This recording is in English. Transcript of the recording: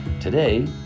Today